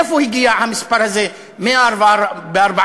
מאיפה הגיע המספר הזה, 104 אסירים?